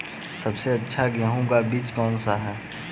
सबसे अच्छा गेहूँ का बीज कौन सा है?